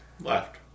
Left